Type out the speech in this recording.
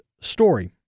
story